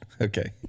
okay